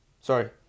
Sorry